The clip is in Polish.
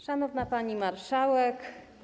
Szanowna Pani Marszałek!